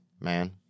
man